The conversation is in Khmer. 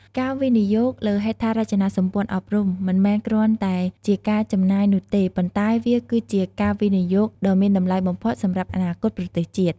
ការវិនិយោគលើហេដ្ឋារចនាសម្ព័ន្ធអប់រំ មិនមែនគ្រាន់តែជាការចំណាយនោះទេ ប៉ុន្តែវាគឺជាការវិនិយោគដ៏មានតម្លៃបំផុតសម្រាប់អនាគតប្រទេសជាតិ។